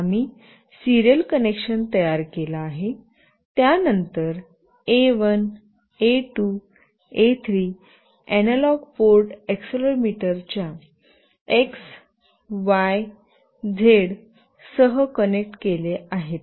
आम्ही serial connection तयार केला आहे त्यानंतर A 1 A 2 A 3 analog port एक्सिलरोमीटरच्या एक्स वाय झेड सह कनेक्ट केले आहेत